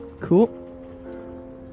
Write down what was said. Cool